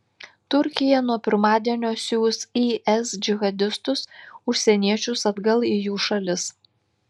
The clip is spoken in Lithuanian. turkija nuo pirmadienio siųs is džihadistus užsieniečius atgal į jų šalis